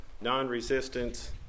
non-resistance